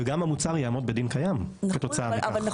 וגם המוצר יעמוד בדין קיים כתוצאה מכך.